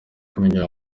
kumenya